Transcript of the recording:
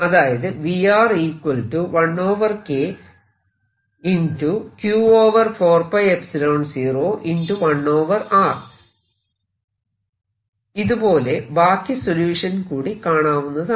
അതായത് ഇതുപോലെ ബാക്കി സൊല്യൂഷൻ കൂടി കാണാവുന്നതാണ്